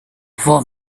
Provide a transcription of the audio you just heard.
for